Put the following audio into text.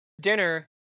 dinner